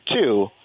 two